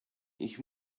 ich